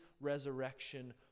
resurrection